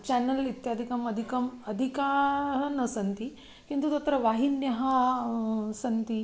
channel इत्यादिकम् अधिकम् अधिकाः न सन्ति किन्तु तत्र वाहिन्यः सन्ति